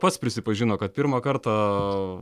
pats prisipažino kad pirmą kartą